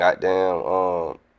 goddamn